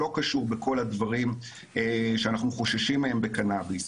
שלא קשור בכל הדברים שאנחנו חוששים מהם בקנאביס,